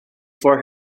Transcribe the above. for